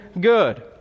good